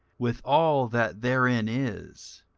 with all that therein is.